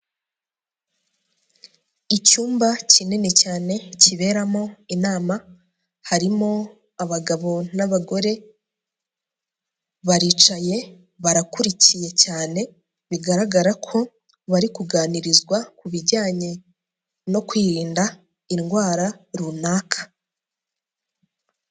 Icyumba kinini cyane kiberamo inama, harimo abagabo n'abagore, baricaye barakurikiye cyane bigaragara ko bari kuganirizwa ku bijyanye no kwirinda indwara runaka.